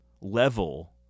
level